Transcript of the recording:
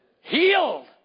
Healed